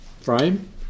frame